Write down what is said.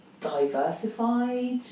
diversified